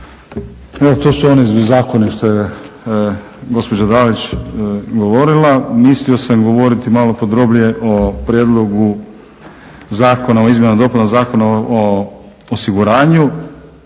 to su oni zakoni što je gospođa Dalić govorila. Mislio sam govoriti malo podrobnije o prijedlogu Zakona o izmjenama